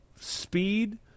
speed